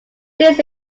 this